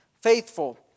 faithful